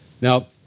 Now